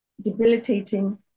debilitating